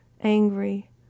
angry